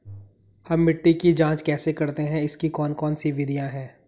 हम मिट्टी की जांच कैसे करते हैं इसकी कौन कौन सी विधियाँ है?